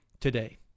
today